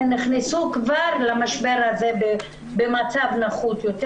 הן נכנסו כבר למשבר הזה במצב נחות יותר.